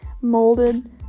molded